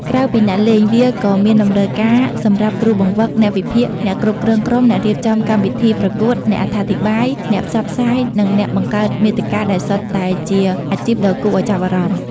ក្រៅពីអ្នកលេង វាក៏មានតម្រូវការសម្រាប់គ្រូបង្វឹក អ្នកវិភាគ អ្នកគ្រប់គ្រងក្រុម អ្នករៀបចំកម្មវិធីប្រកួត អ្នកអត្ថាធិប្បាយ អ្នកផ្សព្វផ្សាយ និងអ្នកបង្កើតមាតិកា ដែលសុទ្ធតែជាអាជីពដ៏គួរឱ្យចាប់អារម្មណ៍។